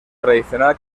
tradicional